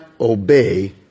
obey